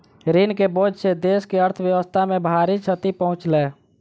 ऋण के बोझ सॅ देस के अर्थव्यवस्था के भारी क्षति पहुँचलै